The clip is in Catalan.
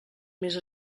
més